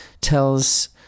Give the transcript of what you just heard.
tells